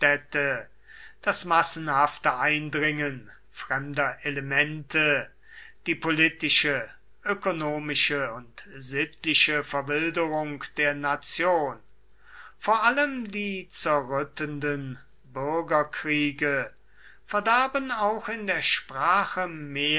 das massenhafte eindringen fremder elemente die politische ökonomische und sittliche verwilderung der nation vor allem die zerrüttenden bürgerkriege verdarben auch in der sprache